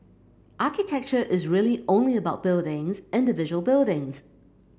architecture is really only about buildings individual buildings